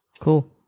Cool